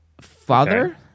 father